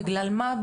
בגלל מה?